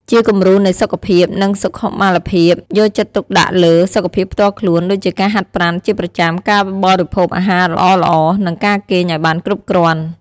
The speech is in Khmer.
ជាគំរូនៃសុខភាព និងសុខុមាលភាពយកចិត្តទុកដាក់លើ សុខភាពផ្ទាល់ខ្លួន ដូចជាការហាត់ប្រាណជាប្រចាំ ការបរិភោគអាហារល្អៗ និងការគេងឱ្យបានគ្រប់គ្រាន់ ។